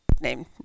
name